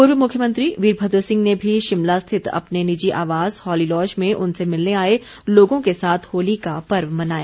पूर्व मुख्यमंत्री वीरभद्र सिंह ने भी शिमला स्थित अपने निजी आवास हॉलीलॉज में उनसे मिलने आए लोगों के साथ होली का पर्व मनाया